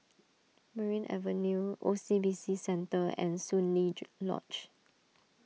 Merryn Avenue O C B C Centre and Soon Lee Lodge